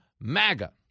MAGA